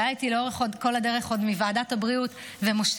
שהיה איתי לאורך כל הדרך עוד מוועדת הבריאות ומוסיף